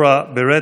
Laura Barrera,